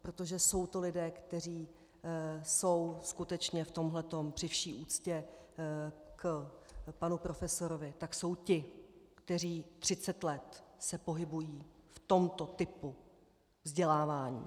Protože jsou to lidé, kteří jsou skutečně v tomhle, při vší úctě k panu profesorovi, tak jsou ti, kteří třicet let se pohybují v tomto typu vzdělávání.